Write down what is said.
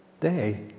day